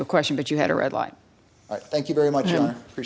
a question but you had a red line thank you very much and for